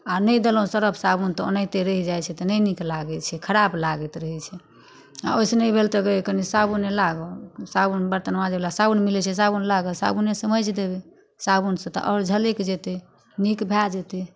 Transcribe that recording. आ नहि देलहुँ सरफ साबुन तऽ ओनाहिते रहि जाइत छै तऽ नहि नीक लागैत छै खराप लागैत रहैत छै आ ओहिसँ नहि भेल तऽ गै कनि साबुने ला गे साबुन बरतन माँजयवला साबुन मिलैत छै साबुन ला गे साबुनेसँ माँजि देबै साबुनसँ तऽ आओर झलकि जेतै नीक भए जेतै